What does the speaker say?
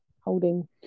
holding